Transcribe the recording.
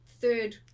third